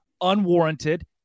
unwarranted